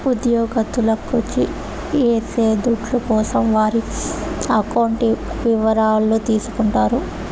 ఉద్యోగత్తులకు ఏసే దుడ్ల కోసం వారి అకౌంట్ ఇవరాలు తీసుకుంటారు